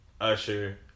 usher